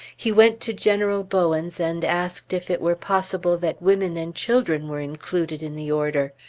he went to general bowens and asked if it were possible that women and children were included in the order.